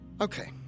okay